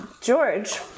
george